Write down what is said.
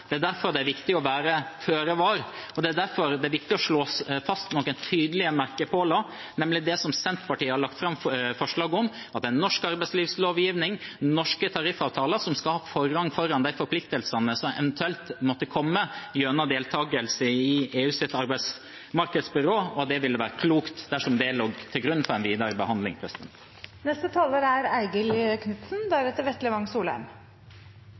Det er derfor det er viktig å være føre-var, og det er derfor det er viktig å slå fast noen tydelige merkepæler, nemlig det Senterpartiet har lagt fram forslag om, at norsk arbeidslivslovgivning og norske tariffavtaler skal ha forrang foran de forpliktelsene som eventuelt måtte komme gjennom deltakelse i EUs arbeidsmarkedsbyrå. Det ville være klokt dersom det lå til grunn for en videre behandling. I dag har vi fått se Senterpartiets kamp mot EØS-avtalen for full mundur her fra talerstolen. Da har jeg lyst til å minne om at Norge er